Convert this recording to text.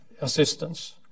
assistance